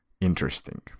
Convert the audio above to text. interesting